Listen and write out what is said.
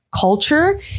culture